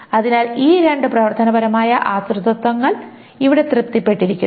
അതിനാൽ ഈ രണ്ട് പ്രവർത്തനപരമായ ആശ്രിതത്വങ്ങൾ ഇവിടെ തൃപ്തിപ്പെട്ടിരിക്കുന്നു